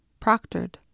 proctored